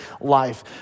life